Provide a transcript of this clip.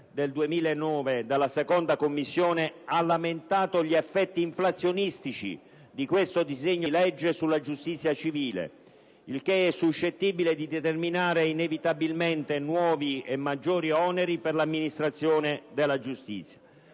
del 2009 della 2a Commissione, ha lamentato gli effetti inflazionistici di questo disegno di legge sulla giustizia civile, il che è suscettibile di determinare inevitabilmente nuovi e maggiori oneri per l'amministrazione della giustizia.